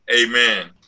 Amen